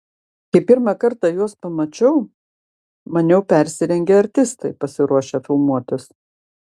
kai pirmą kartą juos pamačiau maniau persirengę artistai pasiruošę filmuotis